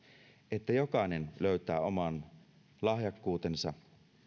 että jokainen löytää oman lahjakkuutensa